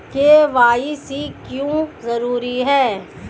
KYC क्यों जरूरी है?